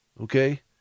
Okay